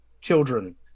children